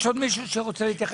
יש עוד מישהו שרוצה להגיד?